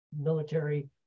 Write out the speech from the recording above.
military